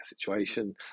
situation